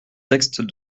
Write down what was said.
texte